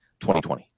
2020